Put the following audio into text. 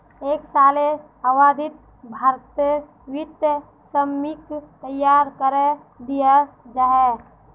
एक सालेर अवधित भारतेर वित्तीय स्कीमक तैयार करे दियाल जा छे